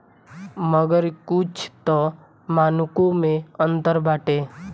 मगर कुछ तअ मानको मे अंतर बाटे